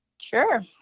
Sure